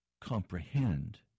comprehend